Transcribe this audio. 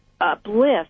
uplift